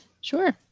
Sure